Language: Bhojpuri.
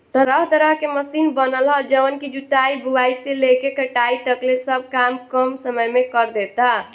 तरह तरह के मशीन बनल ह जवन की जुताई, बुआई से लेके कटाई तकले सब काम कम समय में करदेता